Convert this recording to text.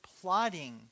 plotting